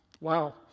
Wow